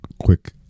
quick